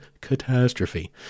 catastrophe